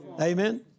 Amen